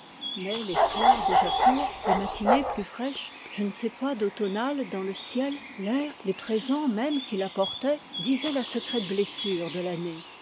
mais les soirs déjà courts les matinées plus fraîches je ne sais quoi d'automnal dans le ciel l'air les présents mêmes qu'il apportait disaient la secrète blessure de l'année